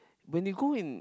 when you go in